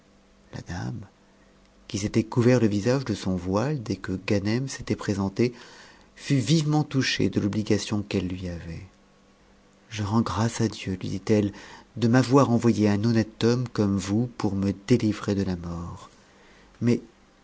la dame qui s'était couvert le visage e son voile dès que ganem s'était présenté fut vivement touchée de l'obligation qu'elle lui avait je rends grâce à dieu lui dit-elle de m'avoir envoyé un honnête homme comme vous pour me délivrer de la mort mais